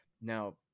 Now